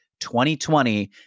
2020